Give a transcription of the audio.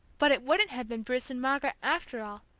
but it wouldn't have been bruce and margaret, after all,